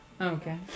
Okay